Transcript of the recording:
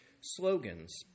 slogans